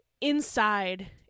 inside